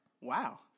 Wow